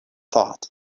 thought